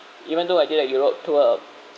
even though I did a europe tour